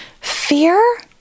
fear